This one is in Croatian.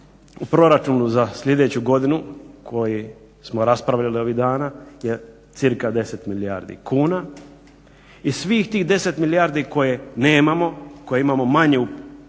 u proračunu za sljedeću godinu koji smo raspravljali ovih dana je cca 10 milijardi kuna. I svih tih 10 milijardi koje nemamo, koje imamo manje u proračunu,